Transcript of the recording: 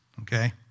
okay